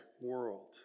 world